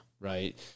Right